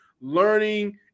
Learning